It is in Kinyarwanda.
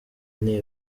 niba